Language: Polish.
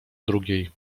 drugiej